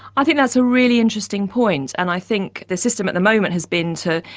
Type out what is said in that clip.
i think that's a really interesting point. and i think the system at the moment has been to,